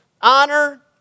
honor